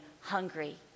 hungry